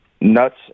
nuts